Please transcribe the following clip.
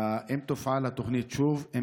2. האם תופעל התוכנית שוב?